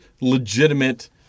legitimate